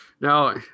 Now